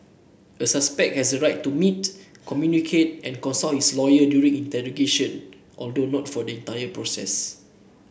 a suspect has the right to meet communicate and consult his lawyer during interrogation although not for the entire process